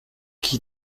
qui